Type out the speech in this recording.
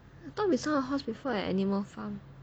I thought we saw a horse before at animal farm